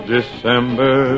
December